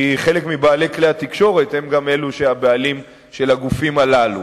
כי חלק מבעלי כלי התקשורת הם גם הבעלים של הגופים הללו.